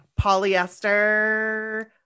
polyester